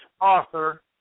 author